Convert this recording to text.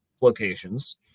locations